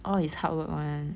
all is hard work one